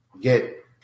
get